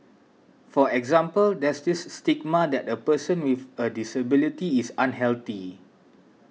for example there's this stigma that a person with a disability is unhealthy